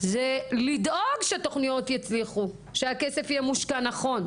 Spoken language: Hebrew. זה לדאוג שתוכניות יצליחו שהכסף יהיה מושקע נכון.